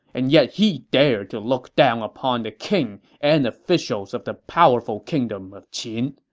and yet he dared to look down upon the king and officials of the powerful kingdom of qin,